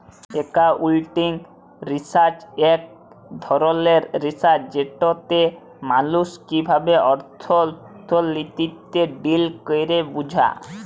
accounting research ইক ধরলের research যেটতে মালুস কিভাবে অথ্থলিতিতে ডিল ক্যরে বুঝা